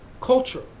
Culture